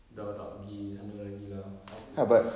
sudah tak pergi sana lagi lah aku